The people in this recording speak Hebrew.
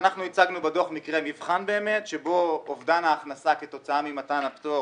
ואנחנו הצגנו בדו"ח מקרה מבחן שבו אבדן ההכנסה כתוצאה ממתן הפטור